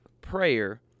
prayer